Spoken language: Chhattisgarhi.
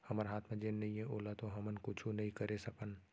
हमर हाथ म जेन नइये ओला तो हमन कुछु नइ करे सकन